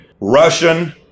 Russian